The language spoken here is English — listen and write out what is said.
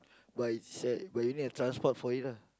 but it's at but you need have transport for it ah